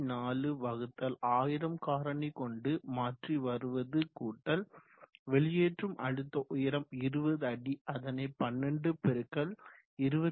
41000 காரணி கொண்டு மாற்றி வருவது கூட்டல் வெளியேற்றும் அழுத்த உயரம் 20 அடி அதனை 12 பெருக்கல் 25